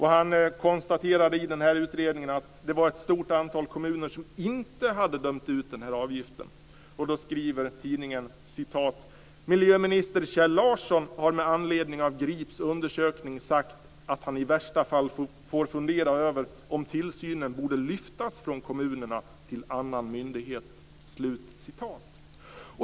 Han konstaterar i utredningen att ett stort antal kommuner inte hade dömt ut avgiften. Tidningen skriver: "Miljöminister Kjell Larsson har med anledning av Grips undersökning sagt att han i värsta fall får fundera över om tillsynen borde lyftas från kommunerna till annan myndighet."